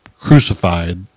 crucified